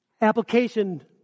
Application